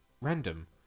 Random